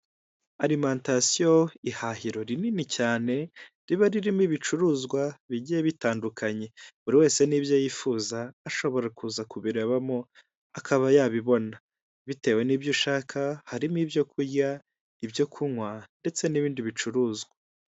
Arimantasiyo ihahiro rinini cyane riba ririmo ibicuruzwa bigiye bitandukanye buri wese n'ibyo yifuza ashobora kuza kubirebamo akaba yabibona bitewe nibyo ushaka harimo ibyo kurya, ibyo kunywa ndetse n'ibindi bicuruzwa.